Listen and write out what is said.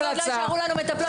כרגע לא יישארו לנו מטפלות,